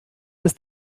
ist